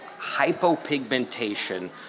hypopigmentation